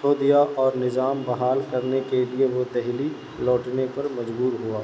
کھو دیا اور نظام بحال کرنے کے لیے وہ دہلی لوٹنے پر مجبور ہوا